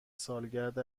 سالگرد